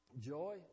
joy